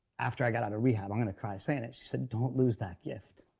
after i got out of rehab. i'm going to cry saying it. she said, don't lose that gift.